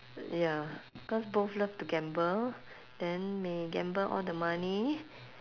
ya because both love to gamble then may gamble all the money